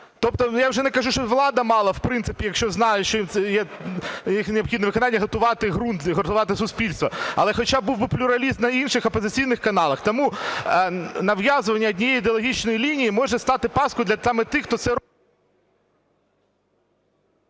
Тобто я вже не кажу, що влада мала, в принципі, якщо знала, що необхідне їх виконання, готувати ґрунт і готувати суспільство. Але хоча був би плюралізм на інших опозиційних каналах. Тому нав'язування однієї ідеологічної лінії може стати пасткою для саме тих, хто…